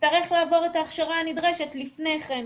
תצטרך לעבור את ההכשרה הנדרשת לפני כן.